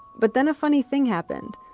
but then a funny thing happened.